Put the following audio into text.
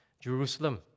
Jerusalem